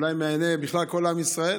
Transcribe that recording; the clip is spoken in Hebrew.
אולי בכלל מעיני כל עם ישראל.